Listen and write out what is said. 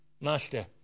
Master